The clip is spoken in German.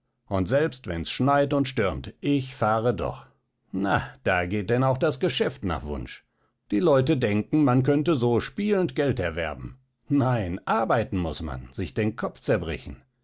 und selbst wenn's schneit und stürmt ich fahre doch na da geht denn auch das geschäft nach wunsch die leute denken man könnte so spielend geld erwerben nein arbeiten muß man sich den kopf zerbrechen